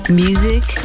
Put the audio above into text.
music